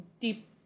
deep